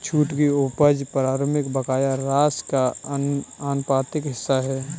छूट की उपज प्रारंभिक बकाया राशि का आनुपातिक हिस्सा है